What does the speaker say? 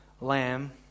lamb